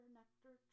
nectar